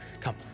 come